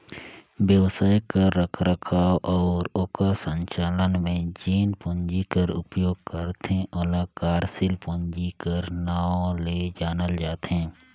बेवसाय कर रखरखाव अउ ओकर संचालन में जेन पूंजी कर उपयोग करथे ओला कारसील पूंजी कर नांव ले जानल जाथे